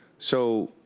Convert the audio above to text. so,